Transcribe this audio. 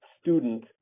student